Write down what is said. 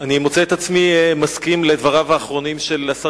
אני מוצא את עצמי מסכים לדבריו האחרונים של השר